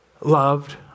loved